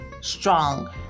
strong